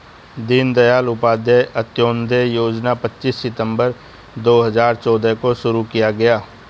दीन दयाल उपाध्याय अंत्योदय योजना पच्चीस सितम्बर दो हजार चौदह को शुरू किया गया